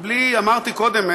אמרתי קודם,